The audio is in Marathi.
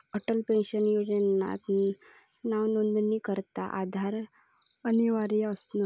अटल पेन्शन योजनात नावनोंदणीकरता आधार अनिवार्य नसा